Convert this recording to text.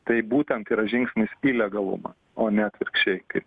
tai būtent yra žingsnis į legalumą o ne atvirkščiai kaip